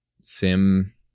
SIM